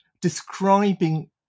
describing